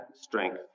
strength